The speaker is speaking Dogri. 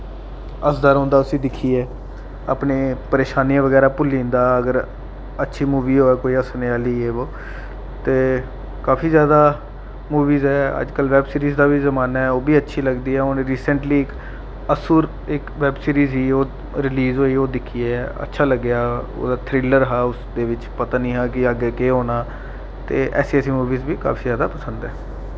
हसदा रौंह्दा उसी दिक्खियै अपने परेशानियां बगैरा भुल्ली जंदा अगर अच्छी मूवी होऐ कोई हस्सने आह्ली जे ओह् ते काफी जैदा मूवियां न अजकल वैब सीरीज दा बी जमाना ऐ ओह् बी अच्छी लगदी हुन रिसैंटली इक असुर इक वैब सीरीज ही ओह् रिलीज होई ओह् दिक्खी ऐ अच्छा लग्गेआ ओह्दा थ्रिलर हा उसदे बिच पता निं हा कि अग्गें केह् होना ते ऐसी ऐसी मूवियां बी काफी जैदा पसंद न